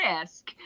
risk